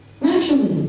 Naturally